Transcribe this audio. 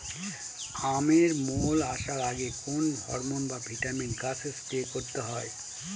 আমের মোল আসার আগে কোন হরমন বা ভিটামিন গাছে স্প্রে করতে হয়?